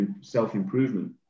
self-improvement